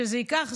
שזה ייקח זמן,